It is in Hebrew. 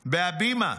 בהבימה,